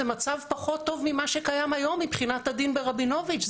זה מצב פחות טוב מכפי שקיים היום מבחינת הדין ברבינוביץ'.